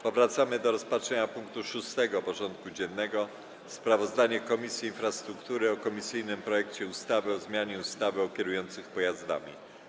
Powracamy do rozpatrzenia punktu 6. porządku dziennego: Sprawozdanie Komisji Infrastruktury o komisyjnym projekcie ustawy o zmianie ustawy o kierujących pojazdami.